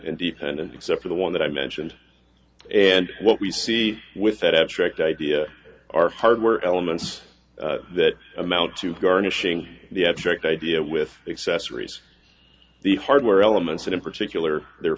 independent except for the one that i mentioned and what we see with that abstract idea are hardware elements that amount to garnishing the abstract idea with accessories the hardware elements and in particular their